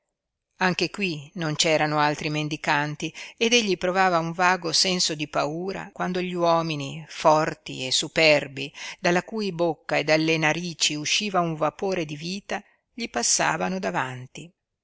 anche qui non c'erano altri mendicanti ed egli provava un vago senso di paura quando gli uomini forti e superbi dalla cui bocca e dalle narici usciva un vapore di vita gli passavano davanti